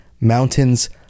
mountains